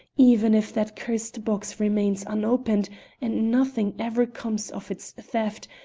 even if that cursed box remains unopened and nothing ever comes of its theft,